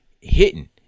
hitting